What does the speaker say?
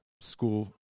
school